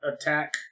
attack